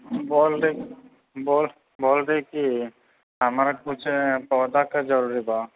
बोल बोल रही की हमरा किछु पौधा के ज़रूरी बा